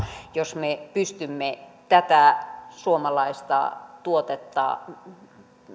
jos me pystymme tätä suomalaista tuotetta